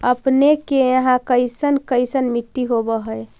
अपने के यहाँ कैसन कैसन मिट्टी होब है?